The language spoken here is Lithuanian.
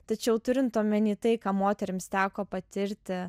tačiau turint omeny tai ką moterims teko patirti